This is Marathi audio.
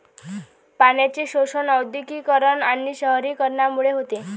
पाण्याचे शोषण औद्योगिकीकरण आणि शहरीकरणामुळे होते